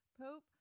Pope